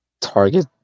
Target